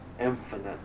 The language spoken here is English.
infinite